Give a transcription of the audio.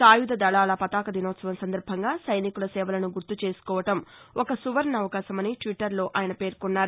సాయుధ దళాల పతాక దినోత్సవం సందర్బంగా సైనికుల సేవలను గుర్తు చేసుకోవడం ఒక సువర్ణాపకాశమని ట్విట్లర్లో ఆయన పేర్కొన్నారు